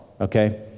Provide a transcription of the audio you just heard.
Okay